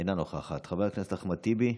אינה נוכחת, חבר הכנסת אחמד טיבי,